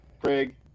Craig